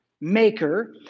maker